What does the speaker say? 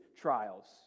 trials